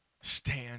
stand